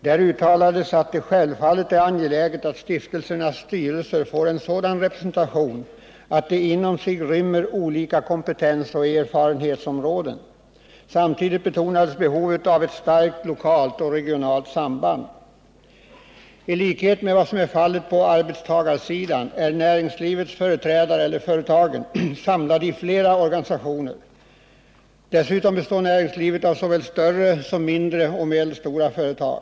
Där uttalades att det självfallet är angeläget att stiftelsernas styrelser får en sådan representation att de inom sig rymmer olika kompetensoch erfarenhetsområden. Samtidigt betonades behovet av ett starkt lokalt och regionalt samband. I likhet med vad som är fallet med arbetstagarsidan är näringslivets företrädare, företagen, samlade i flera organisationer. Dessutom består näringslivet av såväl större som mindre och medelstora företag.